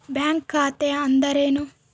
Bank ಖಾತೆ ಅಂದರೆ ಏನು?